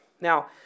Now